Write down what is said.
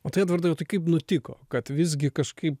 o tai edvardai o tai kaip nutiko kad visgi kažkaip